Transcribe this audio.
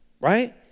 right